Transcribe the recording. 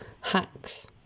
hacks